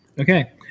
Okay